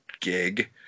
gig